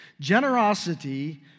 Generosity